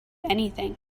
anything